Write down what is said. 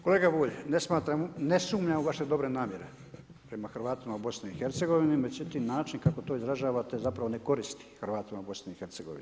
Kolega Bulj, ne smatram, ne sumnjam u vaše dobre namjere prema Hrvatima u BiH, međutim način kako to izražavate zapravo ne koristi Hrvatima u BiH.